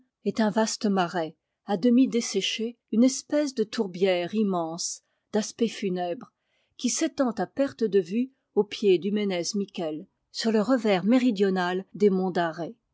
est un vaste marais à demi desséché une espèce de tourbière immense d'aspect funèbre qui s'étend à perte de vue au pied du ménez mikêl sur le revers méridional des monts d'arrée